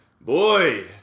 boy